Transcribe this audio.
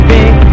big